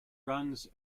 runs